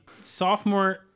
sophomore